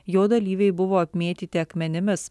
jo dalyviai buvo apmėtyti akmenimis